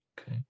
Okay